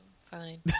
Fine